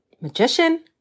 magician